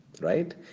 right